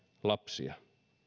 lapsia